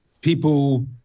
people